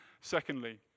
Secondly